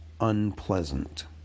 unpleasant